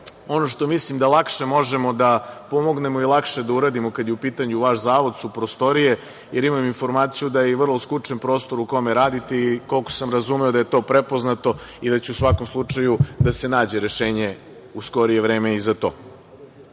što mislim da lakše možemo da pomognemo i lakše da uradimo kada je u pitanju vaš zavod su prostorije, jer imam informaciju da je vrlo skučen prostor u kome radite i koliko sam razumeo da je to prepoznato i da će u svakom slučaju da se nađe rešenje u skorije vreme i za